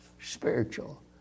spiritual